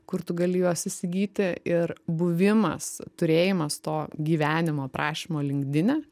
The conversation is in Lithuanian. kur tu gali juos įsigyti ir buvimas turėjimas to gyvenimo prašymo linkdine